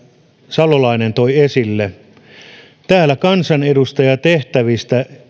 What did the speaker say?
salolainen toi esille että täällä kansanedustajatehtävistä